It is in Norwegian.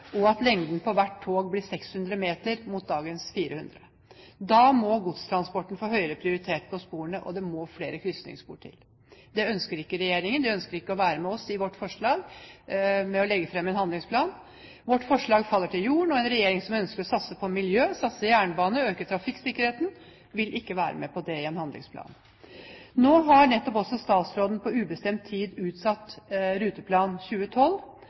og at lengden på hvert tog blir 600 m, mot dagens 400 m. Da må godstransporten få høyere prioritet på sporene, og det må flere krysningsspor til. Det ønsker ikke regjeringen. Den ønsker ikke å være med på vårt forslag om å legge fram en handlingsplan. Vårt forslag faller til jorden, og en regjering som ønsker å satse på miljø, jernbane og trafikksikkerhet, vil ikke være med på det i en handlingsplan. Nå har også statsråden nettopp på ubestemt tid utsatt Ruteplan 2012.